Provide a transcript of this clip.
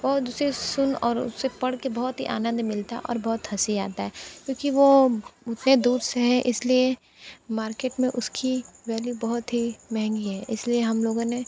और जिसे सुन और उसे पढ़ कर बहुत ही आनंद मिलता और बहुत हंसी आता है क्योंकि वो दूर से है इसलिए मार्केट में उसकी वैल्यू बहुत ही महंगी है इसलिए हम लोगों ने